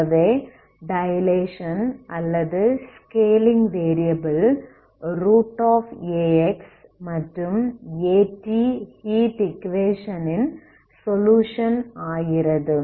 ஆகவே டைலேசன் அல்லது ஸ்கேலிங் வேரியபில்ax மற்றும் at ஹீட் ஈக்குவேஷன் ன் சொலுயுஷன் ஆகிறது